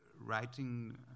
writing